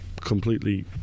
completely